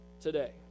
today